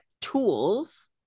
tools